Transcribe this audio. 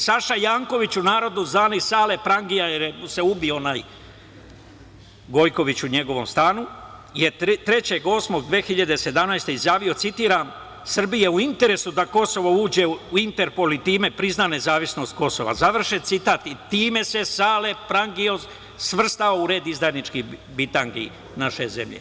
Saša Janković, u narodu zvani Sale prangija, prangija jer se ubio onaj Gojković u njegovom stanu, je 03. avgusta 2017. godine, izjavio, citiram: "Srbiji je u interesu da Kosovo uđe u Interpol i time prizna nezavisnost Kosova." Time se Sale prangija svrstava u red izdajničkih bitangi naše zemlje.